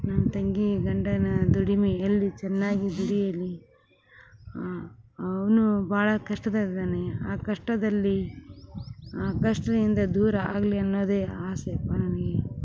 ನನ್ನ ತಂಗಿ ಗಂಡನ ದುಡಿಮೆ ಅಲ್ಲಿ ಚೆನ್ನಾಗಿ ದುಡಿಯಲಿ ಅವನು ಭಾಳ ಕಷ್ಟದಲ್ಲಿ ಇದ್ದಾನೆ ಆ ಕಷ್ಟದಲ್ಲಿ ಆ ಕಷ್ಟದಿಂದ ದೂರ ಆಗಲಿ ಅನ್ನೋದೇ ಆಸೆ ನನಗೆ